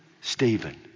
Stephen